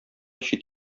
чит